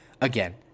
again